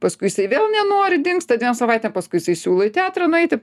paskui jisai vėl nenori dingsta dviem savaitėm paskui jisai siūlo į teatrą nueiti